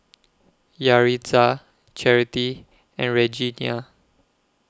Yaritza Charity and Regenia